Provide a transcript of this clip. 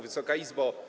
Wysoka Izbo!